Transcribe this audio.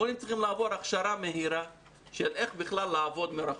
המורים צריכים לעבור הכשרה מהירה של איך בכלל לעבוד מרחוק.